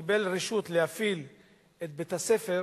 שקיבל רשות להפעיל את בית-הספר